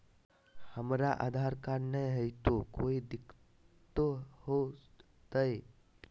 हमरा आधार कार्ड न हय, तो कोइ दिकतो हो तय?